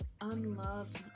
unloved